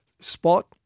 spot